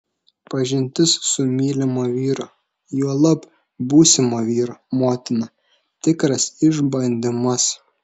pažintis su mylimo vyro juolab būsimo vyro motina tikras išbandymas